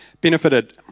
benefited